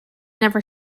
never